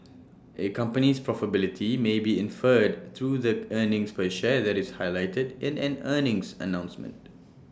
A company's profitability may be inferred through the earnings per share that is highlighted in an earnings announcement